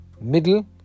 middle